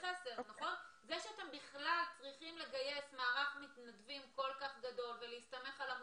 זה שאתם צריכים לגייס מערך מתנדבים כל כך גדול ולהסתמך על עמותות,